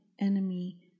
enemy